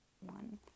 one